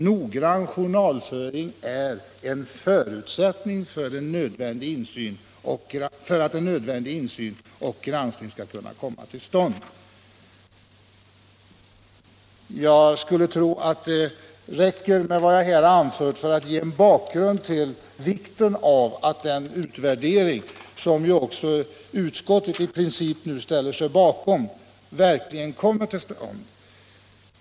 Noggrann journalföring är en förutsättning för att nödvändig in syn och granskning skall kunna komma till stånd.” Jag skulle tro att det räcker med vad jag här anfört för att ge en bakgrund till vikten av att den utvärdering som också utskottet i princip nu ställer sig bakom verkligen görs.